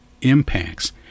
impacts